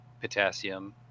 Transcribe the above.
potassium